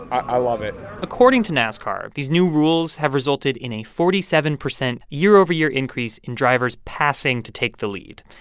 i love it according to nascar, these new rules have resulted in a forty seven percent year-over-year increase in drivers passing to take the lead.